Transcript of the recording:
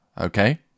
Okay